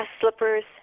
slippers